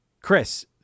Chris